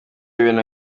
ibintu